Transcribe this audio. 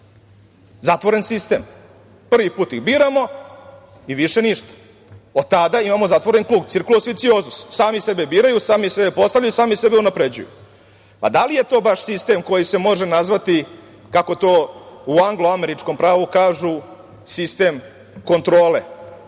zatvoren sistem. Prvi put ih biramo i više ništa. Od tada imamo zatvoren krug, sami sebe biraju, sami sebe postavljaju, sami sebe unapređuju. Da li je to baš sistem koji se može nazvati, kako u angloameričkom pravu kažu – sistem kontrole